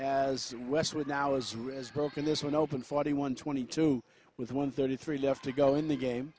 has westwood now as well as broken this one open forty one twenty two with one thirty three left to go in the game